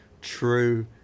true